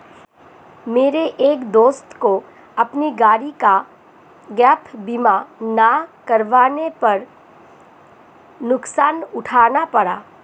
मेरे एक दोस्त को अपनी गाड़ी का गैप बीमा ना करवाने पर नुकसान उठाना पड़ा